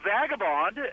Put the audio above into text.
Vagabond